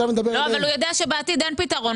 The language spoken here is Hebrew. לא, אבל הוא יודע שבעתיד אין פתרון.